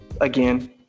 again